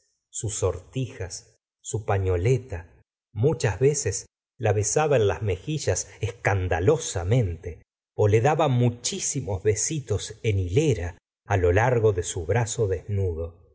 sus sortijas su patioleta muchas veces la besaba en las mejillas escandalosamente le daba muchísimos besitos en hilera mo largo de su brazo desnudo